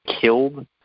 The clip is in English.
killed